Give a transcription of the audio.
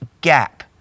gap